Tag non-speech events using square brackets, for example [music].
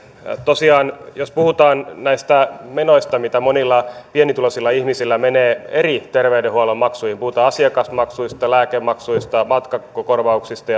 tosiaan jos puhutaan näistä menoista maksuista mitä monilla pienituloisilla ihmisillä menee eri terveydenhuollon maksuihin puhutaan asiakasmaksuista lääkemaksuista matkakorvauksista [unintelligible]